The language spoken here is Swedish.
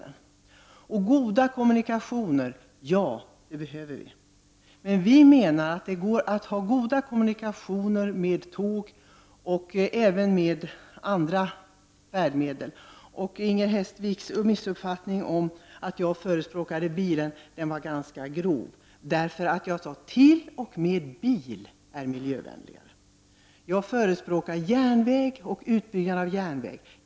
Ja, vi behöver goda kommunikationer. Men vi menar att det går att ha goda kommunikationer med tåg och även andra färdmedel. Inger Hestviks missuppfattning om att jag förespråkar bilen var ganska grov. Jag sade nämligen att till och med bilen är miljövänligare än flyget. Jag förespråkar järnväg och utbyggande av järnvägen.